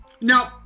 now